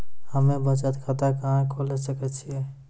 हम्मे बचत खाता कहां खोले सकै छियै?